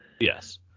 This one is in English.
Yes